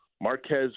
Marquez